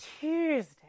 Tuesday